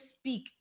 speak